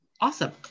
Awesome